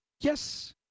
Yes